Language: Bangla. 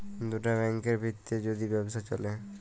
দুটা ব্যাংকের ভিত্রে যদি ব্যবসা চ্যলে